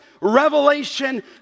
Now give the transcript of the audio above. revelation